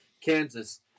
Kansas